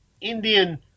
Indian